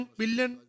billion